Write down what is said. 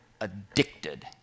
addicted